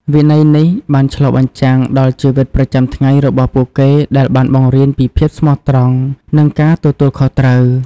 វិន័យនេះបានឆ្លុះបញ្ចាំងដល់ជីវិតប្រចាំថ្ងៃរបស់ពួកគេដែលបានបង្រៀនពីភាពស្មោះត្រង់និងការទទួលខុសត្រូវ។